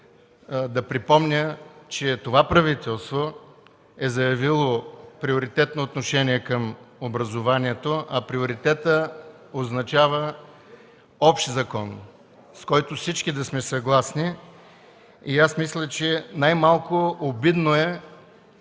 да припомня, че това правителство е заявило приоритетно отношение към образованието, а приоритетът означава общ закон, с който всички да сме съгласни. Аз мисля, че най-малко обидно е